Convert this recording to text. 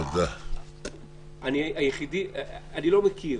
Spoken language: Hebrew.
אני לא מכיר.